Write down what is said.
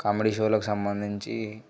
comedy షోలకు సంబంధించి